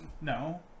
No